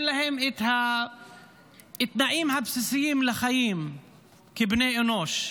להם את התנאים הבסיסיים לחיים כבני אנוש.